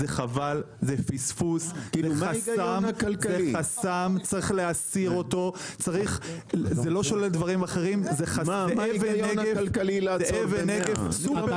זה חבל; זה פספוס; זה חסם שצריך להסיר אותו; זו אבן נגף משמעותית.